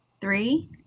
Three